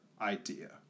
Idea